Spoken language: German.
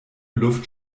luft